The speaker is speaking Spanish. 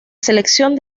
selección